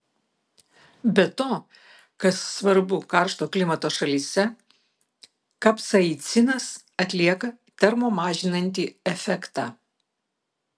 be to kas svarbu karšto klimato šalyse kapsaicinas atlieka termo mažinantį efektą